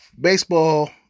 baseball